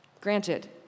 Granted